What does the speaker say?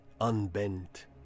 unbent